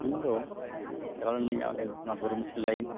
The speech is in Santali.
ᱤᱧᱫᱚ ᱪᱟᱞᱟᱣ ᱞᱮᱱᱟᱹᱧ ᱟᱞᱮ ᱱᱚᱣᱟ ᱜᱩᱨᱩ ᱞᱟᱹᱭᱤᱱ